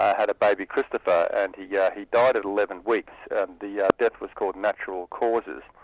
had baby, christopher, and yeah he died at eleven weeks and the yeah death was called natural causes.